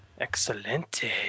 Excelente